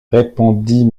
répondit